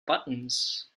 buttons